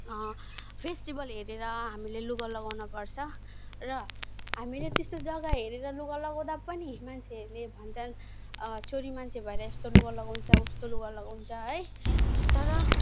festival हेरेर हामीले लुगा लगाउन पर्छ र हामीले त्यस्तो जग्गा हेरेर लुगा लगाउँदै पनि मान्छेहरूले भन्छन् छोरी मान्छे भएर यस्तो लुगा लगाउँछ उस्तो लुगा लगाउँछ है तर